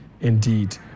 indeed